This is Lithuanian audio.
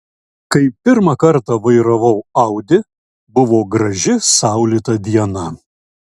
kai pirmą kartą vairavau audi buvo graži saulėta diena